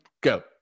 go